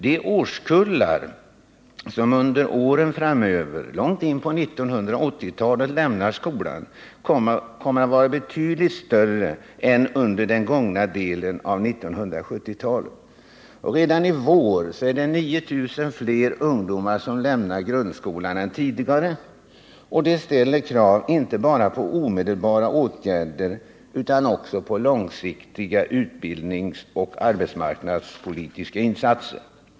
De årskullar som under åren framöver, långt in på 1980-talet, lämnar skolan kommer att vara betydligt större än under den gångna delen av 1970-talet. Redan i vår är det 9000 fler ungdomar som lämnar grundskolan än tidigare. Detta ställer krav inte bara på omedelbara åtgärder utan också på långsiktiga utbildningsoch arbetsmarknadspolitiska insatser.